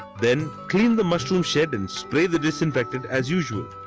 then clean the mushroom shed and spray the disinfectants as usual.